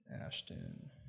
Ashton